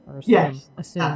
Yes